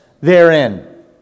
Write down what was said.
therein